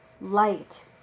light